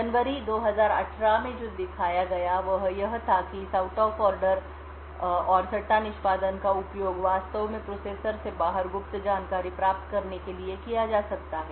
जनवरी 2018 में जो दिखाया गया वह यह था कि इस आउट ऑफ ऑर्डर और सट्टा निष्पादन का उपयोग वास्तव में प्रोसेसर से बाहर गुप्त जानकारी प्राप्त करने के लिए किया जा सकता है